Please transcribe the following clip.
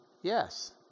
Yes